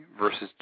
versus